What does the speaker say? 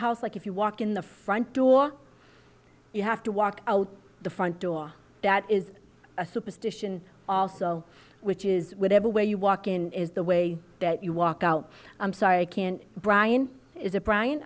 house like if you walk in the front door you have to walk out the front door that is a superstition also which is whatever way you walk in the way that you walk out i'm sorry can brian is a brian